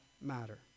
matter